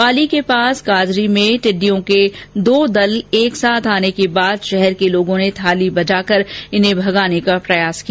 पाली के पास काजरी में टिडिंडयों के दो दल एक साथ आने के बाद शहर के ॅलोगों ने थाली बजाकर इन्हें भगाने का प्रयास किया